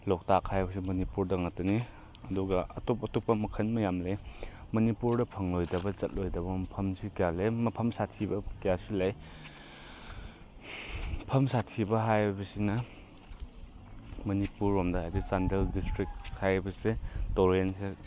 ꯂꯣꯛꯇꯥꯛ ꯍꯥꯏꯕꯁꯨ ꯃꯅꯤꯄꯨꯔꯗ ꯉꯥꯛꯇꯅꯤ ꯑꯗꯨꯒ ꯑꯇꯣꯞ ꯑꯇꯣꯞꯄ ꯃꯈꯜ ꯃꯌꯥꯝ ꯂꯩ ꯃꯅꯤꯄꯨꯔꯗ ꯐꯪꯂꯣꯏꯗꯕ ꯆꯠꯂꯣꯏꯗꯕ ꯃꯐꯝꯁꯤ ꯀꯌꯥ ꯂꯩ ꯃꯐꯝ ꯁꯥꯊꯤꯕ ꯀꯌꯥꯁꯨ ꯂꯩ ꯃꯐꯝ ꯁꯥꯊꯤꯕ ꯍꯥꯏꯕꯁꯤꯅ ꯃꯅꯤꯄꯨꯔꯔꯣꯝꯗ ꯍꯥꯏꯗꯤ ꯆꯥꯟꯗꯦꯜ ꯗꯤꯁꯇ꯭ꯔꯤꯛ ꯍꯥꯏꯕꯁꯦ ꯇꯨꯔꯦꯟꯁꯦ